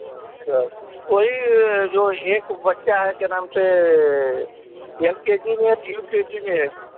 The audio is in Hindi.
अच्छा तो वही जो एक बच्चा है क्या नाम से यल केजी में और यू केजी में है